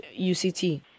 UCT